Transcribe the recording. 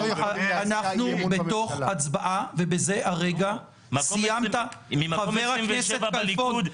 אנחנו בתוך הצבעה ובזה הרגע סיימת --- ממקום 27 בליכוד,